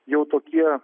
jau tokie